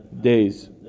days